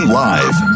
live